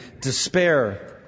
despair